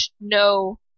No